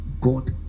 God